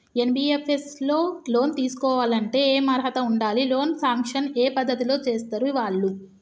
NBFS లో loan తీస్కోవాలంటే ఏం అర్హత ఉండాలి? లోన్ సాంక్షన్ ఏ పద్ధతి లో చేస్తరు వాళ్లు?